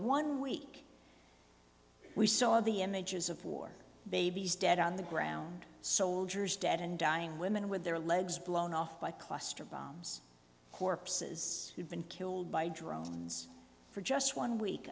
one week we saw the images of war babies dead on the ground soldiers dead and dying women with their legs blown off by cluster bombs corpses who've been killed by drones for just one week